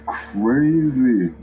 crazy